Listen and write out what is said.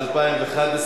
להלן ההודעות בעניין מינוי